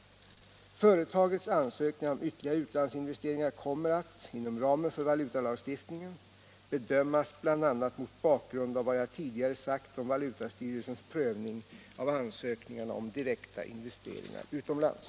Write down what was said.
Företagets ansökningar om ytterligare utlandsinvesteringar kommer att, inom ramen för valutalagstiftningen, bedömas bl.a. mot bakgrund av vad jag tidigare sagt om valutastyrelsens prövning av ansökningarna om direkta investeringar utomlands.